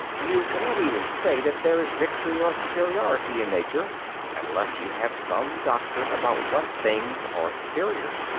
you cannot even say that there is victory or superiority in nature unless you have some doctrine about what things are superior.